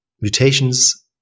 mutations